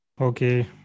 Okay